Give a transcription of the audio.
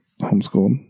homeschooled